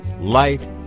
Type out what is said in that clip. light